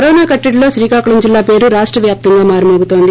corona కట్టడిలో శ్రీకాకుళం జిల్లా పేరు రాష్ట వ్యాప్తంగా మారుమోగుతోంది